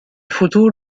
futur